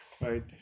right